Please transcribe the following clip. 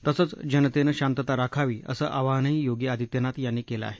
तसंच जनतेनं शांतता राखावी असं आवाहनही योगी आदित्यनाथ यांनी केलं आहे